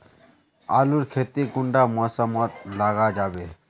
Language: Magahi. आलूर खेती कुंडा मौसम मोत लगा जाबे?